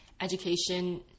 education